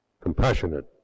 compassionate